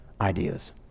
ideas